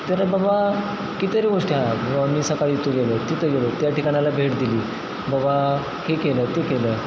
तर बाबा कितीतरी गोष्टी आहे बाबा मी सकाळी इथं गेलो तिथं गेलो त्या ठिकाणाला भेट दिली बाबा हे केलं ते केलं